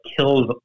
kills